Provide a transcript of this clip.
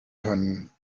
können